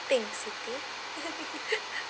think siti